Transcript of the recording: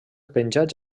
penjats